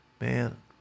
Man